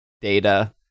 data